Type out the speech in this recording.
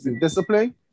discipline